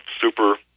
super